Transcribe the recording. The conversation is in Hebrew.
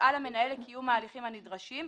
יפעל המנהל לקיום ההליכים הנדרשים,